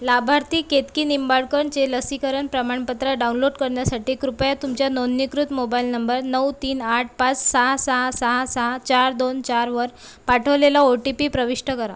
लाभार्थी केतकी निंबाळकनचे लसीकरण प्रमाणपत्र डाउनलोड करण्यासाठी कृपया तुमच्या नोंदणीकृत मोबाइल नंबर नऊ तीन आठ पाच सहा सहा सहा सहा चार दोन चारवर पाठवलेला ओ टी पी प्रविष्ट करा